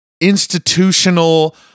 institutional